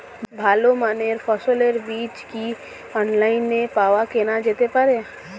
ভালো মানের ফসলের বীজ কি অনলাইনে পাওয়া কেনা যেতে পারে?